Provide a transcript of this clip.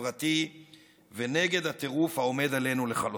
חברתי ונגד הטירוף העומד עלינו לכלותנו.